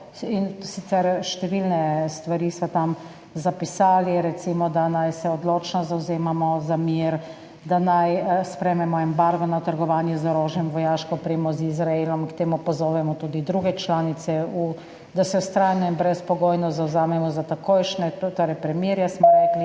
in sicer številne stvari sva tam zapisali, recimo da naj se odločno zavzemamo za mir, da naj sprejmemo embargo na trgovanje z orožjem, vojaško opremo z Izraelom, k temu pozovemo tudi druge članice EU, da se vztrajno in brezpogojno zavzamemo za takojšnje premirje, smo rekli,